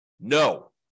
No